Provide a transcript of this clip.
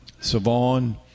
Savon